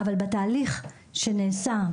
אבל בתהליך שנעשה,